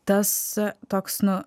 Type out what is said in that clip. tas toks nu